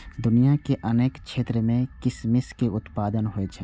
दुनिया के अनेक क्षेत्र मे किशमिश के उत्पादन होइ छै